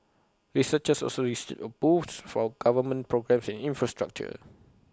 researchers also received A boost from government programmes infrastructure